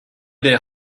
their